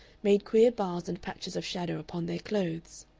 made queer bars and patches of shadow upon their clothes.